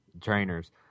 trainers